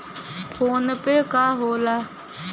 PhonePe का होला?